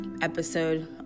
episode